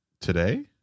Today